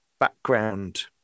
background